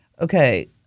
Okay